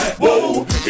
Whoa